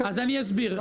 אני אסביר.